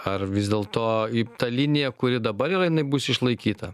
ar vis dėlto į tą liniją kuri dabar yra jinai bus išlaikyta